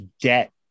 debt